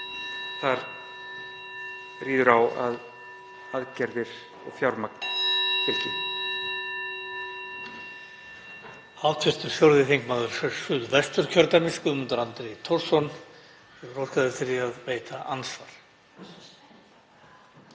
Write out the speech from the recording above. Þar ríður á að aðgerðir og fjármagn fylgi.